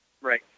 Right